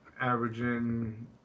averaging